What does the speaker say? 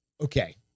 Okay